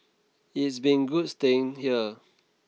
it's been good staying here